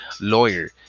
lawyer